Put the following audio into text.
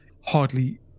Hardly